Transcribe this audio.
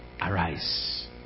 Arise